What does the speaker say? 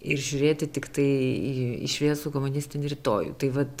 ir žiūrėti tiktai į į šviesų komunistinį rytojų tai vat